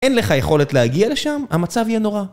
אין לך יכולת להגיע לשם, המצב יהיה נורא